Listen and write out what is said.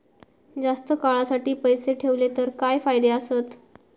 जास्त काळासाठी पैसे ठेवले तर काय फायदे आसत?